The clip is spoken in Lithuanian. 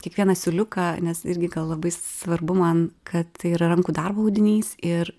kiekvieną siūliuką nes irgi gal labai svarbu man kad tai yra rankų darbo audinys ir